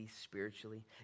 spiritually